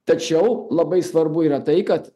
tačiau labai svarbu yra tai kad